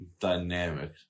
dynamic